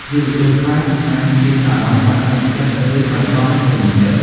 យុវជនខ្លះអាចមានអារម្មណ៍បាក់ទឹកចិត្តឬបាត់បង់ទំនុកចិត្ត។